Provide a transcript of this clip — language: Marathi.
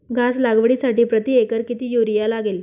घास लागवडीसाठी प्रति एकर किती युरिया लागेल?